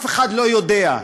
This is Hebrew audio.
אף אחד לא יודע,